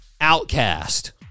outcast